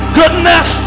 goodness